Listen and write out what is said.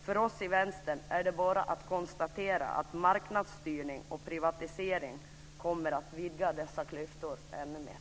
För oss i Vänstern är det bara att konstatera att marknadsstyrning och privatisering kommer att vidga dessa klyftor ännu mer.